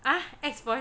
ah ex-boyfriend